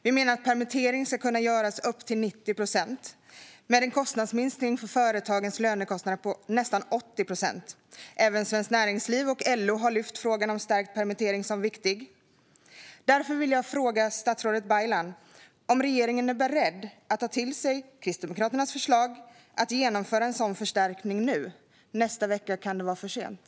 Vi menar att permittering ska kunna göras upp till 90 procent, med en minskning av företagens lönekostnader med nästan 80 procent. Även Svenskt Näringsliv och LO har lyft frågan om stärkt permittering som viktig. Därför vill jag fråga statsrådet Baylan om regeringen är beredd att ta till sig Kristdemokraternas förslag att genomföra en sådan förstärkning nu. Nästa vecka kan det vara för sent.